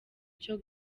cyo